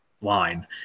line